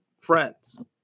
friends